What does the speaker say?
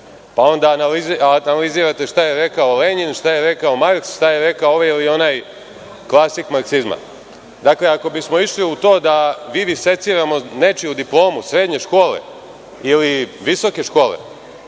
pa onda analizirate šta je rekao Lenjin, šta je rekao Marks, šta je rekao ovaj ili onaj klasik marksizma. Dakle, ako bismo išli u to da mi seciramo nečiju diplomu srednje škole ili visoke škole,